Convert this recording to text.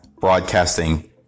broadcasting